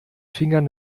fingern